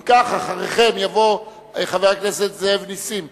אם כך, אחריכם יבוא חבר הכנסת נסים זאב,